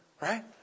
right